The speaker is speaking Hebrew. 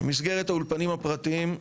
במסגרת האולפנים הפרטיים,